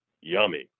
Yummy